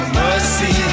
mercy